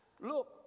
Look